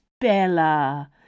Bella